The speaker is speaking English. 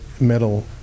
metal